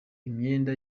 imyenda